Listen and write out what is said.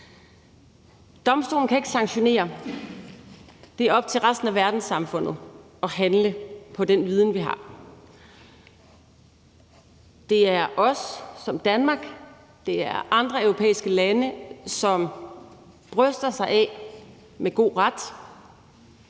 Domstolen kan ikke sanktionere. Det er op til resten af verdenssamfundet at handle på den viden, vi har. Det er os, altså Danmark som land. Det er andre europæiske lande, som bryster sig af – med god ret